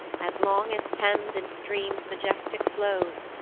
as long as thames in streams majestic flows,